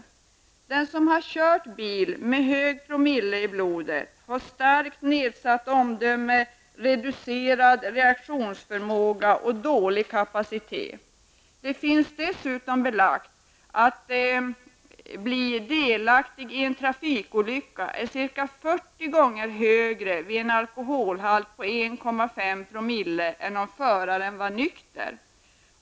Den som har kört bil med en hög promillehalt i blodet har starkt nedsatt omdöme, reducerad reaktionsförmåga och dålig körkapacitet. Det finns dessutom belagt att risken för att en förare med en alkoholhalt på 1,5 " i blodet blir delaktig i en trafikolycka är ca 40 gånger större än om föraren hade varit nykter.